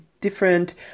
different